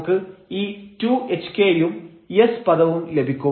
നമുക്ക് ഈ 2 hk യും s പദവും ലഭിക്കും